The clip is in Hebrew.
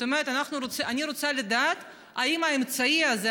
אני רוצה לדעת האם האמצעי הזה,